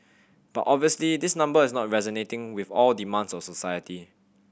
but obviously this number is not resonating with all demands of society